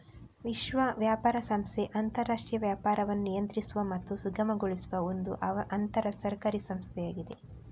ವಿಶ್ವ ವ್ಯಾಪಾರ ಸಂಸ್ಥೆ ಅಂತರಾಷ್ಟ್ರೀಯ ವ್ಯಾಪಾರವನ್ನು ನಿಯಂತ್ರಿಸುವ ಮತ್ತು ಸುಗಮಗೊಳಿಸುವ ಒಂದು ಅಂತರ ಸರ್ಕಾರಿ ಸಂಸ್ಥೆಯಾಗಿದೆ